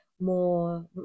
more